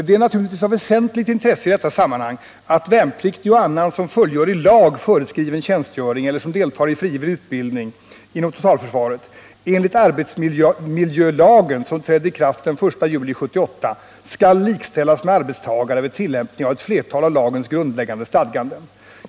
Det är naturligtvis i detta sammanhang av väsentligt intresse att värnpliktig och annan som fullgör i lag föreskriven tjänstgöring eller som deltar i 45 frivillig utbildning inom totalförsvaret enligt arbetsmiljölagen, som trädde i kraft den 1 juli 1978, skall likställas med arbetstagare vid tillämpning av ett flertal av lagens grundläggande stadganden.